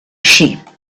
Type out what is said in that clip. sheep